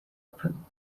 open